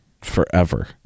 forever